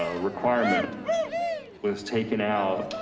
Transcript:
ah requirement was taken out